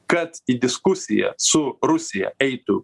kad į diskusiją su rusija eitų